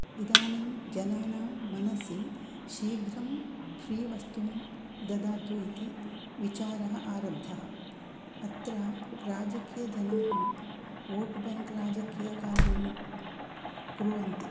इदानीं जनानां मनसि शीघ्रं फ़्रीवस्तूनि ददातु इति विचारः आरब्धः अत्र राजकीयजनाः वोट्बैङ्क् राजकीयकारणं कुर्वन्ति